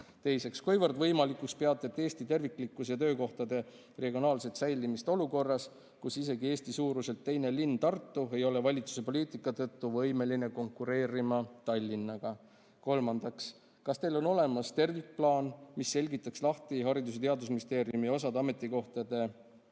Teiseks: "Kuivõrd võimalikuks peate Eesti terviklikkuse ja töökohtade regionaalset säilitamist olukorras, kus isegi Eesti suuruselt teine linn Tartu ei ole valitsuse poliitika tõttu võimeline konkureerima Tallinnaga?" Kolmandaks: "Kas teil on olemas tervikplaan, mis selgitaks lahti HTMi osade ametikohtade